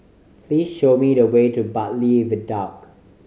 please show me the way to Bartley Viaduct